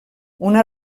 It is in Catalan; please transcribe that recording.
una